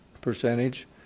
percentage